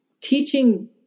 teaching